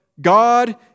God